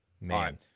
man